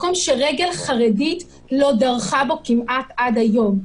מקום שרגל חרדית כמעט לא דרכה בו עד היום.